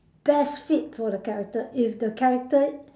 best fit for the character if the character